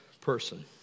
person